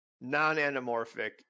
non-anamorphic